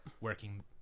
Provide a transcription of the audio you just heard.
working